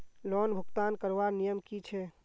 Loan भुगतान करवार नियम की छे?